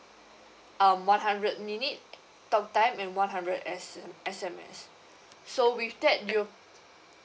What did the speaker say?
um one hundred minute talk time and one hundred S~ S_M_S so with that you